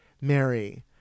Mary